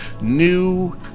new